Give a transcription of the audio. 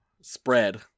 Spread